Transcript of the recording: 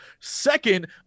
Second